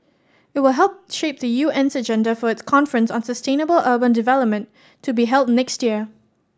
it will help shape the U N's agenda for its conference on sustainable urban development to be held next year